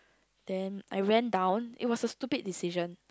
then I ran down it was a stupid decision